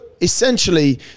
essentially